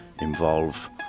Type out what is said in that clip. involve